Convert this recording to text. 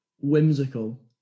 Whimsical